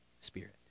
spirit